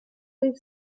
dei